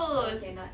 no cannot